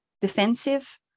defensive